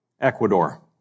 Ecuador